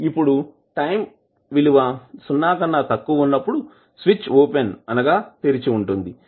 ఇప్పుడు టైం విలువ సున్నా కన్నా తక్కువ ఉన్నప్పుడు స్విచ్ ఓపెన్ అనగా తెరిచి ఉంటుంది